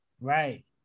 right